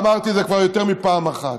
ואמרתי את זה כבר יותר מפעם אחת: